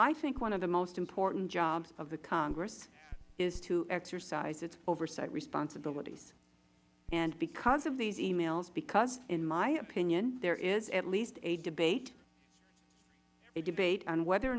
i think one of the most important jobs of the congress is to exercise its oversight responsibilities and because of these e mails because in my opinion there is at least a debate a debate on whether or